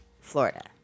Florida